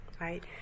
right